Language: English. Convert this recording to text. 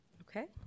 Okay